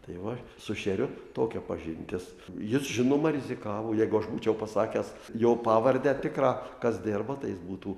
tai va su šeriu tokia pažintis jis žinoma rizikavo jeigu aš būčiau pasakęs jo pavardę tikrą kas dirba tai jis būtų